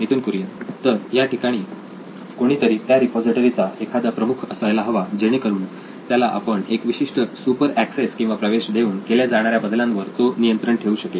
नितीन कुरियन तर या ठिकाणी कोणीतरी त्या रिपॉझिटरी चा एखादा प्रमुख असायला हवा जेणेकरून त्याला आपण एक विशिष्ट सुपर ऍक्सेस किंवा प्रवेश देऊन केल्या जाणाऱ्या बदलांवर तो नियंत्रण ठेवू शकेल